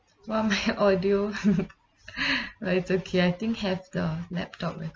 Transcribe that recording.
well my audio but it's okay I think have the laptop is